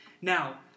Now